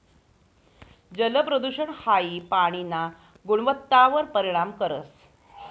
जलप्रदूषण हाई पाणीना गुणवत्तावर परिणाम करस